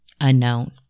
Unknown